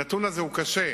הנתון הזה הוא קשה,